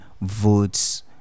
votes